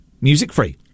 music-free